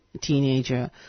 teenager